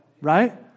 right